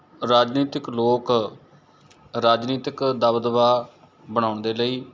ਰਾਜਨੀਤਿਕ ਲੋਕ ਰਾਜਨੀਤਿਕ ਦਬਦਬਾ ਬਣਾਉਣ ਦੇ ਲਈ